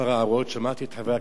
שמעתי את חברי הכנסת פה,